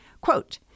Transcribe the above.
Quote